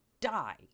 die